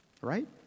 Right